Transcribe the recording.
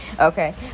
Okay